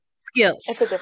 skills